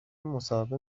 مصاحبه